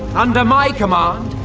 under my command,